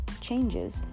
changes